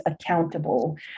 accountable